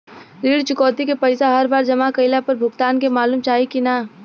ऋण चुकौती के पैसा हर बार जमा कईला पर भुगतान के मालूम चाही की ना?